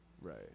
Right